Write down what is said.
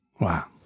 Wow